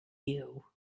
you